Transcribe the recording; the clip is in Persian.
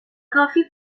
کافی